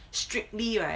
strictly right